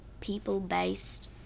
people-based